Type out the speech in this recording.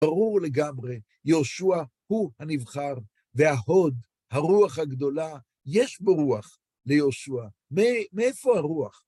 ברור לגמרי, יהושע הוא הנבחר וההוד, הרוח הגדולה, יש בו רוח ליהושע. מאיפה הרוח?